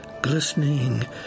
glistening